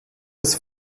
das